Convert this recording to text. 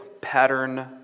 pattern